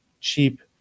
cheap